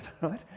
right